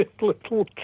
little